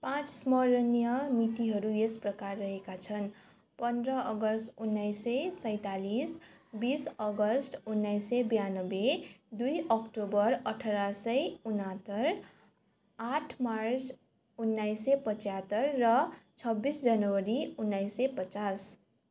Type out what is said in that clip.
पाँच स्मरणीय मितिहरू यस प्रकार रहेका छन् पन्ध्र अगस्त उन्नाइस सय सैँतालिस बिस अगस्त उन्नाइस सय ब्यानब्बे दुई अक्टोबर अठार सय उनहत्तर आठ मार्च उन्नाइस सय पचहत्तर र बिस जनवरी उन्नाइस सय पचास